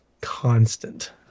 constant